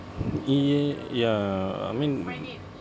i~ ya I mean